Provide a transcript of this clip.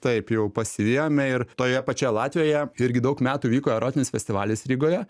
taip jau pasivijome ir toje pačioje latvijoje irgi daug metų vyko erotinis festivalis rygoje